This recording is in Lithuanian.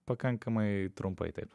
pakankamai trumpai taip